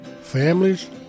families